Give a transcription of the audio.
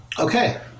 Okay